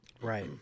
right